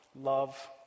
Love